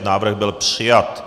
Návrh byl přijat.